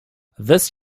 this